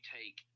take